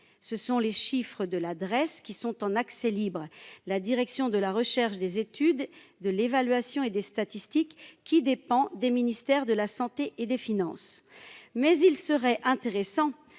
ce sont les chiffres de l'adresse qui sont en accès libre, la direction de la recherche, des études, de l'évaluation et des statistiques qui dépend des ministères de la Santé et des finances, mais il serait intéressant